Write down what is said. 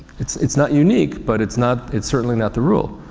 it's, it's not unique but its not, it's certainly not the rule.